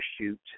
shoot